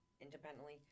independently